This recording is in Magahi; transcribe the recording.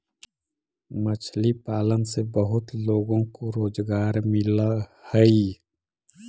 मछली पालन से बहुत लोगों को रोजगार मिलअ हई